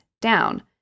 down